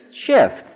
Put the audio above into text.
shift